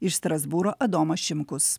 iš strasbūro adomas šimkus